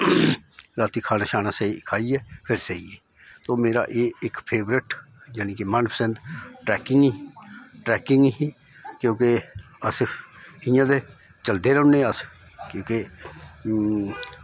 रातीं खाना शाना ते खाइयै फिर सेई गे तो मेरा एह् इक फेवरट जानि के मन पसंद ट्रैकिंग ही ट्रैकिंग ही क्योंकि अस इ'यां ते चलदे रौह्न्ने अस क्योंकि